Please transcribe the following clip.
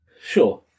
Sure